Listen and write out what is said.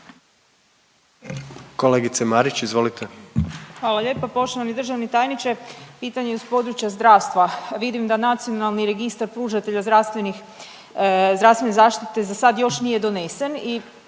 **Marić, Andreja (SDP)** Hvala lijepa. Poštovani državni tajniče, pitanje je iz područja zdravstva. Vidim da nacionalni registar pružatelja zdravstvene zaštite za sad još nije donesen